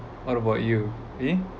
what about you !ee!